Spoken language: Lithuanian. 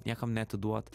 niekam neatiduot